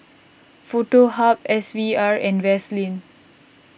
Foto Hub S V R and Vaseline